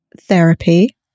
therapy